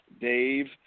Dave